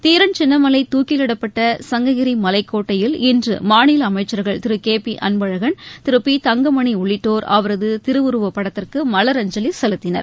தீரன் சின்னமலை தூக்கிலிடப்பட்ட சங்ககிரி மலைக்கோட்டையில் இன்று மாநில அமைச்சர்கள் Thiru K P Anbazhagan Thiru P Thangamani உள்ளிட்டோர் அவரது திருவுருவப் படத்திற்கு மலரஞ்சலி செலுத்தினர்